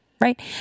Right